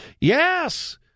Yes